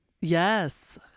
Yes